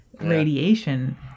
radiation